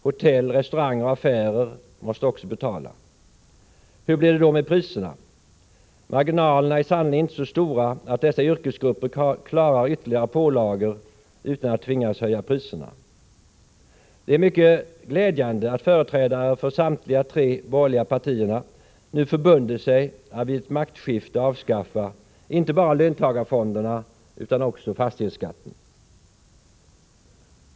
Hotell, restauranger och affärer måste också betala. Hur blir det då med priserna? Marginalerna är sannerligen inte så stora att dessa yrkesgrupper klarar ytterligare pålagor utan att tvingas höja priserna. Det är mycket glädjande att företrädare för samtliga tre borgerliga partier nu förbundit sig att vid ett maktskifte avskaffa inte bara löntagarfonderna utan också fastighetsskatten.